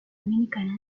dominicana